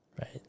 Right